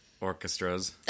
orchestras